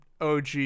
OG